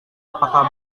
apakah